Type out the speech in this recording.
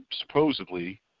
supposedly